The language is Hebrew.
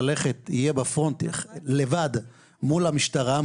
יהיה בפרונט לבד מול המשטרה,